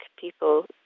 people